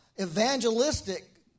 evangelistic